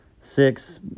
six